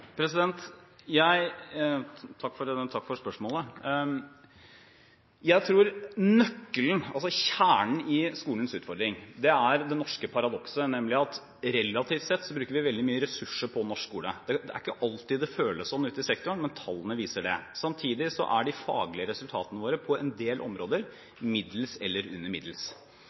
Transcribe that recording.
Takk for spørsmålet. Jeg tror nøkkelen, altså kjernen, i skolens utfordring er det norske paradokset, nemlig at relativt sett bruker vi veldig mye ressurser på norsk skole. Det er ikke alltid det føles sånn ute i sektoren, men tallene viser det. Samtidig er de faglige resultatene våre på en del områder middels eller under middels.